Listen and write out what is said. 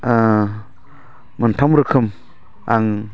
मोनथाम रोखोम आं